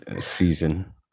season